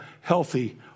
healthy